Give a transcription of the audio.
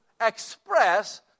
express